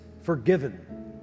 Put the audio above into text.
forgiven